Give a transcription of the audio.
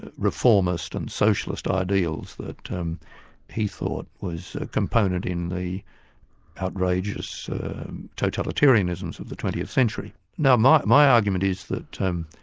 reformist and socialist ideals that um he thought was a component in the outrageous totalitarianisms of the twentieth century. now my my argument is that um